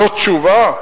זו תשובה?